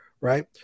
Right